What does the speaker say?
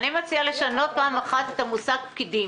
אני מציעה לשנות פעם אחת את המושג "פקידים".